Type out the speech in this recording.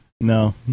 No